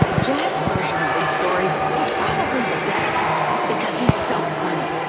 jack's version of the story was probably the best because he's so funny,